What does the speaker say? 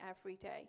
everyday